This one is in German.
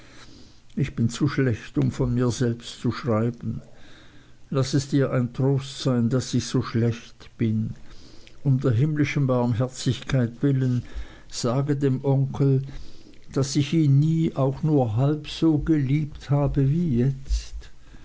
ich bin zu schlecht um von mir selbst zu schreiben laß es dir ein trost sein daß ich so schlecht bin um der himmlischen barmherzigkeit willen sage dem onkel daß ich ihn nie auch nur halb so geliebt habe wie jetzt